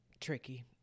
Tricky